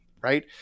right